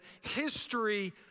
history